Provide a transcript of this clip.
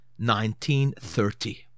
1930